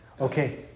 Okay